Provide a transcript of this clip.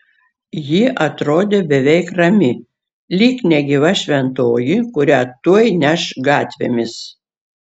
ji atrodė beveik rami lyg negyva šventoji kurią tuoj neš gatvėmis